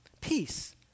peace